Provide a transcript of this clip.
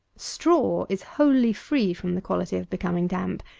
straw is wholly free from the quality of becoming damp,